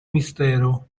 mistero